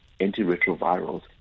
antiretrovirals